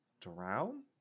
drown